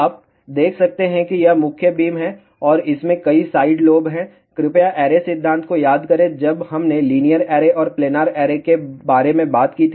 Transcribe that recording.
आप देख सकते हैं कि यह मुख्य बीम है और इसमें कई साइड लोब हैं कृपया ऐरे सिद्धांत को याद करें जब हमने लीनियर एरे और प्लानर एरे के बारे में बात की थी